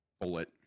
bullet